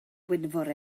gwynfor